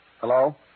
Hello